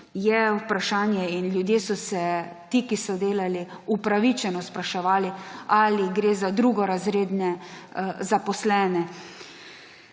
res vprašanje in ljudje so se, ti, ki so delali, upravičeno spraševali, ali gre za drugorazredne zaposlene.